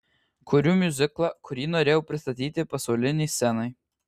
kuriu miuziklą kurį norėjau pristatyti pasaulinei scenai